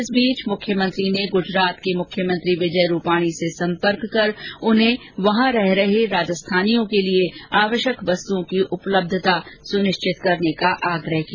इस बीच मुख्यमंत्री ने गुजरात के मुख्यमंत्री विजय रूपाणी से सम्पर्क कर उन्हें वहां रह रहे राजस्थानियों के लिए आवश्यक वस्तुओं की उपलब्यता सुनिश्चित करने का आग्रह किया